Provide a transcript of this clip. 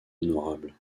honorable